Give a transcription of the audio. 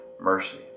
mercy